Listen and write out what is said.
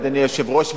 אדוני היושב-ראש,